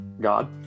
god